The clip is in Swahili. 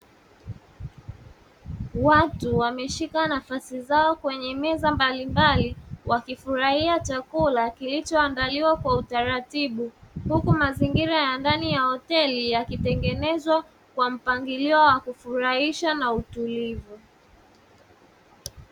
Watu wameshika nafasi zao kwenye meza mbalimbali wakifurahia chakula kilichoandaliwa kwa utaratibu, huku mazingira ya ndani ya hoteli yakitengenezwa kwa mpangilio wa kufurahisha na utulivu.